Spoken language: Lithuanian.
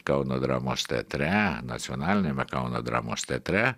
kauno dramos teatre nacionaliniame kauno dramos teatre